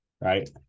right